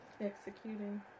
executing